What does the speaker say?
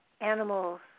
animals